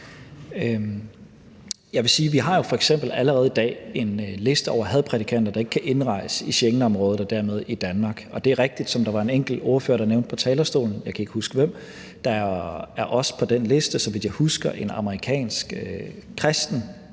f.eks. allerede i dag har en liste over hadprædikanter, der ikke kan indrejse i Schengenområdet og dermed i Danmark. Det er rigtigt, som der var en enkelt ordfører der nævnte på talerstolen – jeg kan ikke huske hvem – at der på den liste,